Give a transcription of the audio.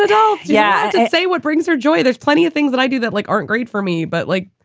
it at all. yeah. say, what brings her joy? there's plenty of things that i do that like aren't great for me. but like,